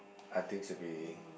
I think should be